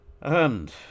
And